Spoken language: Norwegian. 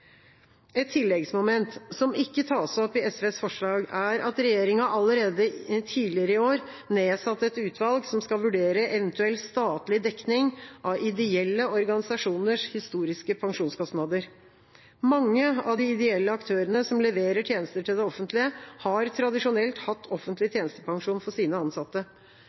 Et tilleggsmoment, som ikke tas opp i SVs forslag, er at regjeringa tidligere i år nedsatte et utvalg som skal vurdere eventuell statlig dekning av ideelle organisasjoners historiske pensjonskostnader. Mange av de ideelle aktørene som leverer tjenester til det offentlige, har tradisjonelt hatt offentlig tjenestepensjon for sine ansatte.